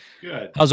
Good